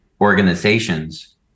organizations